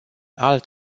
alt